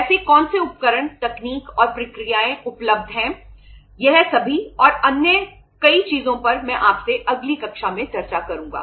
ऐसे कौन से उपकरण तकनीक और प्रक्रियाएं उपलब्ध हैं यह सभी और कई अन्य चीजों पर मैं आपसे अगली कक्षा में चर्चा करूंगा